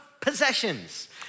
possessions